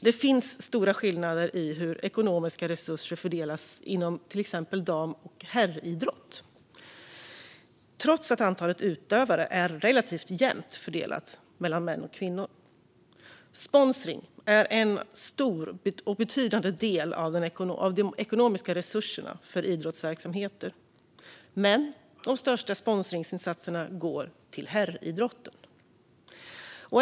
Det finns stora skillnader i hur ekonomiska resurser fördelas inom till exempel dam och herridrott, trots att det är relativt jämnt fördelat mellan kvinnor och män när det gäller antalet utövare. Sponsring är en stor och betydande del av de ekonomiska resurserna för idrottsverksamheter. De största sponsringsinsatserna görs dock för herridrotten.